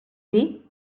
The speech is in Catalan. dir